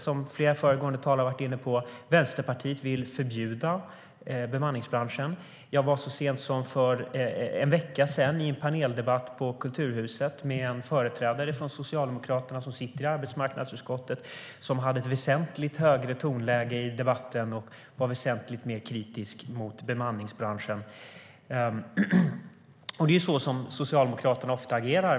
Som flera av de föregående talarna har varit inne på vill Vänsterpartiet förbjuda bemanningsbranschen. Jag deltog så sent som för en vecka sedan i en paneldebatt på Kulturhuset med en företrädare från Socialdemokraterna som sitter i arbetsmarknadsutskottet, som då hade ett väsentligt högre tonläge i debatten och var väsentligt mer kritisk mot bemanningsbranschen. Det är så Socialdemokraterna ofta agerar.